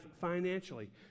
financially